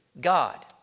God